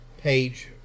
Page